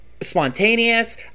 spontaneous